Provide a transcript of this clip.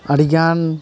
ᱟᱹᱰᱤᱜᱟᱱ